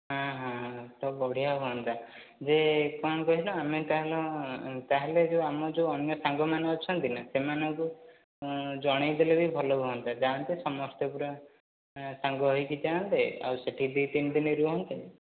ହଁ ହଁ ତ ବଢ଼ିଆ ହୁଅନ୍ତା ଯେ କ'ଣ କହିଲ ଆମେ ତାହେଲେ ତାହେଲେ ଯୋଉ ଆମ ଯୋଉ ଅନ୍ୟ ସାଙ୍ଗମାନେ ଅଛନ୍ତି ନା ସେମାନଙ୍କୁ ଜଣେଇ ଦେଲେ ବି ଭଲ ହୁଅନ୍ତା ଯାଆନ୍ତେ ସମସ୍ତେ ପୁରା ସାଙ୍ଗ ହେଇକି ଯାଆନ୍ତେ ଆଉ ସେଠି ଦୁଇ ତିନି ଦିନ ରୁହନ୍ତେ